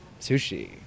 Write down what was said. sushi